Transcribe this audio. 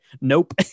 Nope